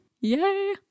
Yay